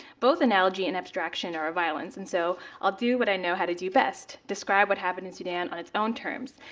both analogy and abstraction are violence. and so, i'll do what i know how to do best, describe what happened in sudan on its own terms.